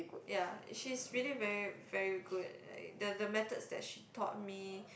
ya she's really very very good like the the methods that she taught me